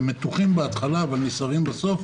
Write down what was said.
הם מתוחים בהתחלה אבל נסערים בסוף.